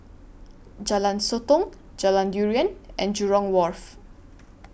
Jalan Sotong Jalan Durian and Jurong Wharf